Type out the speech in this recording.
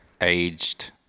aged